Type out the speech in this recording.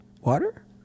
Water